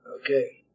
Okay